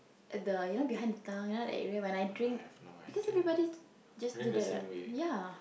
the behind the tongue you know that when I drink because everybody just do that ya